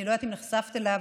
אני לא יודעת אם נחשפת אליו,